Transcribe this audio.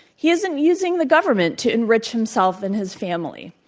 he isn't using the government to enrich himself and his family.